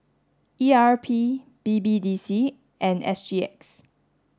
E R P B B D C and S G X